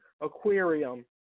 aquarium